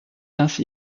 ainsi